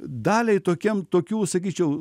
daliai tokiem tokių sakyčiau